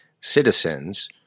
citizens